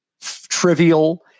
trivial